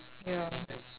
ya